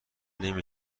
نمی